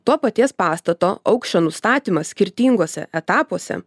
to paties pastato aukščio nustatymas skirtinguose etapuose